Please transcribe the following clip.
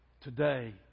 today